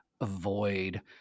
avoid